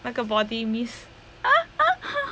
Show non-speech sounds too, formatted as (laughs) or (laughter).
那个 body mist (laughs)